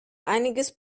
einiges